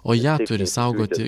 o ją turi saugoti